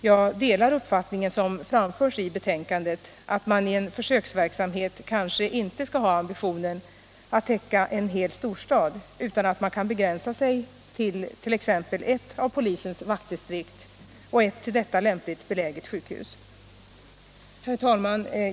Jag delar uppfattningen som framförs i betänkandet att man i en försöksverksamhet kanske inte skall ha ambitionen att täcka en hel storstad utan att man kan begränsa sig till t.ex. ett av polisens vaktdistrikt och ett till detta lämpligt beläget sjukhus. Herr talman!